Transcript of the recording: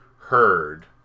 heard